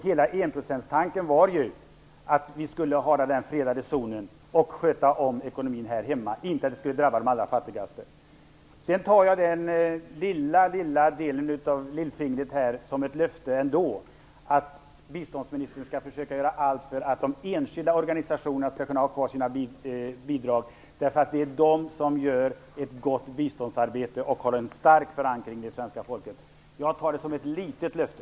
Hela enprocentstanken var ju att vi skulle hålla den fredade zonen och sköta ekonomin här hemma, inte att det skulle drabba de allra fattigaste. Jag tar ändå den lilla delen av lillfingret som ett löfte om att biståndsministern skall försöka göra allt för att de enskilda organisationerna skall kunna ha kvar sitt bidrag. Det är de som gör ett gott biståndsarbete och har en stark förankring bland svenska folket. Jag tar det alltså som ett litet löfte.